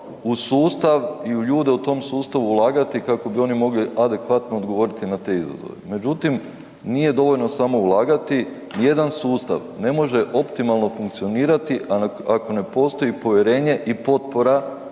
uz sustav i u ljude u tom sustavu ulagati kako bi oni mogli adekvatno odgovoriti na te izazove međutim nije dovoljno samo ulagati, jedan sustav ne može optimalno funkcionirati ako ne postoji povjerenje i potpora